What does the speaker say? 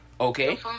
okay